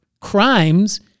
crimes